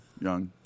young